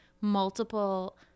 multiple